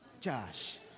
Josh